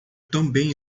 também